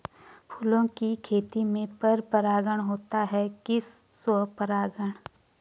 फूलों की खेती में पर परागण होता है कि स्वपरागण?